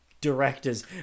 directors